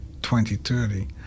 2030